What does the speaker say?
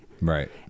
Right